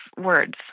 words